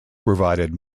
provided